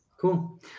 Cool